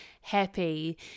happy